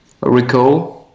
recall